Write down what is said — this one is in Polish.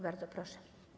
Bardzo proszę.